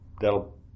that'll